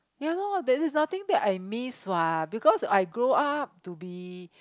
ya loh there is nothing that I miss what because I grow up to be